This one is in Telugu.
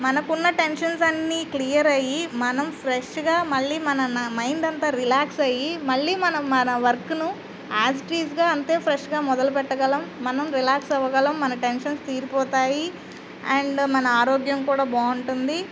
మనకున్న టెన్షన్స్ అన్నీ క్లియర్ అయ్యి మనం ఫ్రెష్గా మళ్ళీ మన మైండ్ అంతా రిలాక్స్ అయ్యి మళ్ళీ మనం మన వర్క్ను యాజ్ ఇట్ ఈస్గా అంతే ఫ్రెష్గా మొదలపెట్టగలం మనం రిలాక్స్ అవ్వగలం మన టెన్షన్స్ తీరిపోతాయి అండ్ మన ఆరోగ్యం కూడా బాగుంటుంది